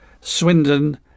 swindon